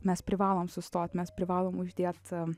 mes privalom sustot mes privalom uždėt